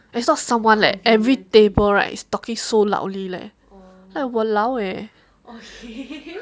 it's not someone leh every table right is talking so loudly leh !walao! eh